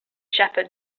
shepherd